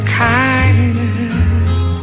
kindness